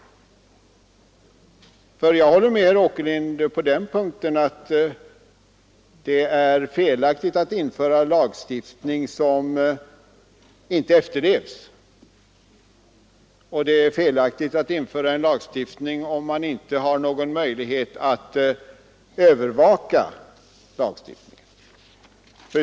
Jag håller med herr Åkerlind på den punkten att det är felaktigt att införa en lagstiftning som inte efterlevs och att det är felaktigt att införa en lagstiftning om man inte har någon möjlighet att övervaka efterlevnaden.